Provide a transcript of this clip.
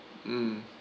mm